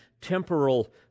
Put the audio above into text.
temporal